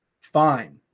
fine